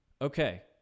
okay